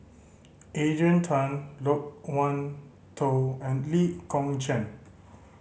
Adrian Tan Loke Wan Tho and Lee Kong Chian